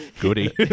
goody